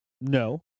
No